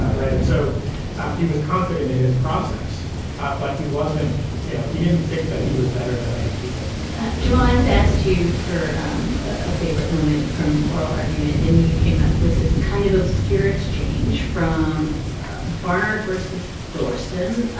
but right and so um he was confident in his process but he wasn't you know he didn't think that he was better than other people jamal i had asked you for um a favorite moment from oral argument and you came up with this kind of obscure exchange from barnard versus thorson.